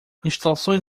instalações